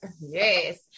Yes